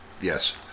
Yes